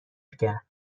کرد